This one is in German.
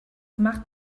macht